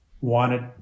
wanted